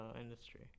industry